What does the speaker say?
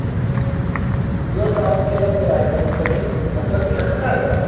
ॿियो तव्हां वटि कहिड़ा कहिड़ा आइटम पनीर मटर बि रखंदा आहियो त